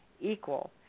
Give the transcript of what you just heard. equal